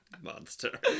Monster